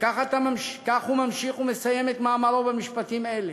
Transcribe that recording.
וכך הוא ממשיך ומסיים את מאמרו במשפטים אלה: